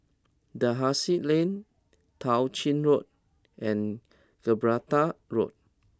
Dalhousie Lane Tao Ching Road and Gibraltar Road